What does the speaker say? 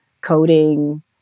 coding